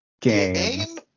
game